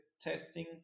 testing